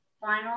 final